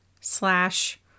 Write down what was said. slash